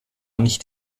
nicht